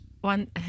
one